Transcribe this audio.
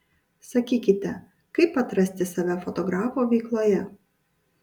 sakykite kaip atrasti save fotografo veikloje